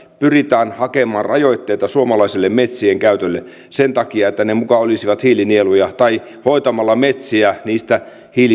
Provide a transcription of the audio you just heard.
pyritään hakemaan rajoitteita suomalaiselle metsien käytölle sen takia että ne muka olisivat hiilinieluja tai hoitamalla metsiä niistä